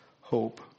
hope